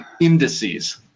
indices